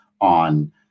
on